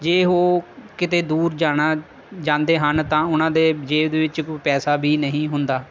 ਜੇ ਉਹ ਕਿਤੇ ਦੂਰ ਜਾਣਾ ਜਾਂਦੇ ਹਨ ਤਾਂ ਉਹਨਾਂ ਦੇ ਜੇਬ ਦੇ ਵਿੱਚ ਕੋਈ ਪੈਸਾ ਵੀ ਨਹੀਂ ਹੁੰਦਾ